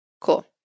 cool